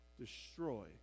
destroy